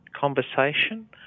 conversation